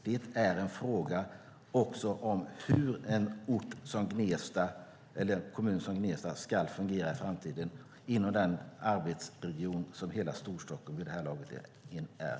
Det är också en fråga om hur en kommun som Gnesta ska fungera i framtiden i den arbetsregion som Storstockholm vid det här laget är.